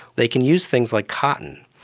they can use things like cotton.